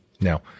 Now